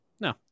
no